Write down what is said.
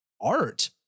art